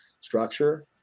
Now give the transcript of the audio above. structure